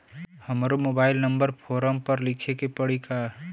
हमरो mobile number forum पर लिखे के पड़ी का?